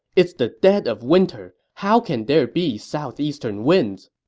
it's the dead of winter. how can there be southeastern winds?